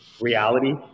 reality